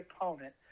opponent